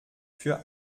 für